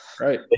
Right